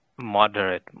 moderate